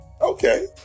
Okay